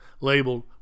labeled